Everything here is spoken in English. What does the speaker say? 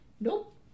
nope